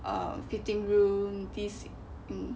uh fitting room